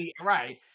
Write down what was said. right